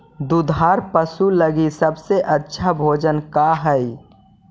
दुधार पशु लगीं सबसे अच्छा भोजन का हई?